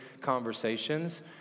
conversations